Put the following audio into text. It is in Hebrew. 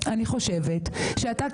אני חושבת שאתה,